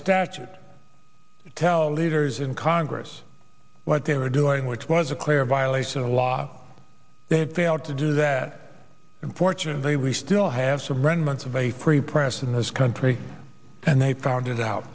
statute to tell leaders in congress what they were doing which was a clear violation of the law they failed to do that unfortunately we still have some rain months of a free press in this country and they found it out